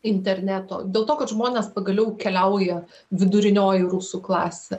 interneto dėl to kad žmonės pagaliau keliauja vidurinioji rusų klasė